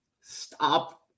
Stop